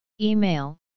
Email